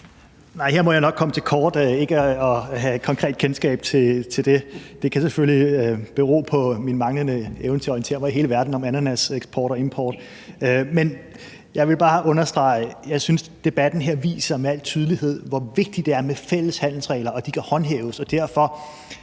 her kommer jeg nok til kort – jeg har ikke et konkret kendskab til det. Det kan selvfølgelig bero på min manglende evne til at orientere mig i hele verden om ananaseksport og -import. Men jeg vil bare understrege, at jeg synes, at debatten her med al tydelighed viser, hvor vigtigt det er med fælles handelsregler, og at de kan håndhæves. Derfor